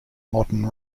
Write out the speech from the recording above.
modern